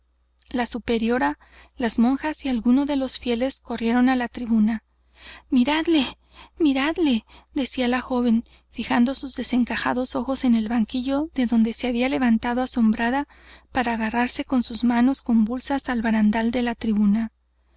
la superiora las monjas y algunos de los fieles corrieron á la tribuna miradle miradle decía la joven fijando sus desencajados ojos en el banquillo de donde se ha bía levantado asombrada para agarrarse con sus manos convulsas al barandal de la tribuna